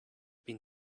been